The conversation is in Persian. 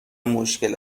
مشکل